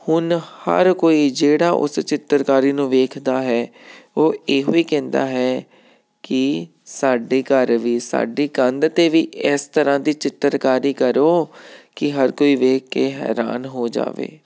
ਹੁਣ ਹਰ ਕੋਈ ਜਿਹੜਾ ਉਸ ਚਿੱਤਰਕਾਰੀ ਨੂੰ ਵੇਖਦਾ ਹੈ ਉਹ ਇਹੋ ਹੀ ਕਹਿੰਦਾ ਹੈ ਕਿ ਸਾਡੇ ਘਰ ਵੀ ਸਾਡੀ ਕੰਧ 'ਤੇ ਵੀ ਇਸ ਤਰ੍ਹਾਂ ਦੀ ਚਿੱਤਰਕਾਰੀ ਕਰੋ ਕਿ ਹਰ ਕੋਈ ਵੇਖ ਕੇ ਹੈਰਾਨ ਹੋ ਜਾਵੇ